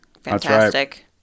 Fantastic